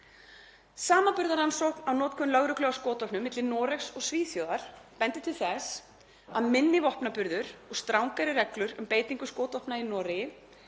Samanburðarrannsókn á notkun lögreglu á skotvopnum milli Noregs og Svíþjóðar bendir til þess að minni vopnaburður og strangari reglur um beitingu skotvopna í Noregi,